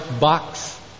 box